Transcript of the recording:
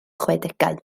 chwedegau